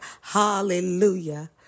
hallelujah